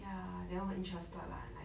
ya then 我很 interested lah like